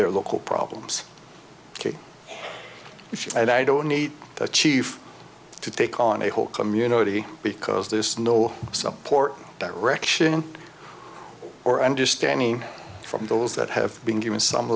their local problems and i don't need the chief to take on a whole community because there's no support direction or understanding from those that have been given some